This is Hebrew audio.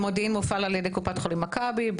במודיעין מופעל על ידי קופת חולים מכבי,